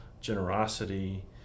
generosity